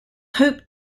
hoped